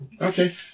Okay